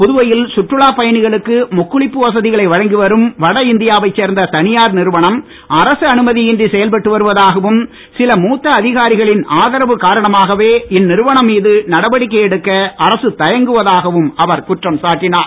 புதுவையில் சுற்றுலாப் பயணிகளுக்கு முக்குளிப்பு வசதிகளை வழங்கி வரும் வடஇந்தியாவைச் சேர்ந்த தனியார் நிறுவனம் அரசு அனுமதி இன்றி செயல்பட்டு வருவதாகவும் சில மூத்த அதிகாரிகளின் ஆதரவு காரணமாகவே இந்நிறுவனம் மீது நடவடிக்கை எடுக்க அரசு தயங்குவதாகவும் அவர் குற்றம் சாட்டினார்